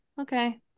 okay